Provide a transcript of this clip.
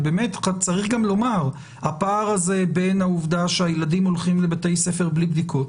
צריך גם לומר שהפער הזה בין העובדה שהילדים הולכים לבתי ספר בלי בדיקות